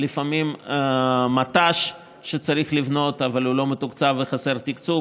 לפעמים מט"ש שצריך לבנות אבל הוא לא מתוקצב וחסר תקצוב,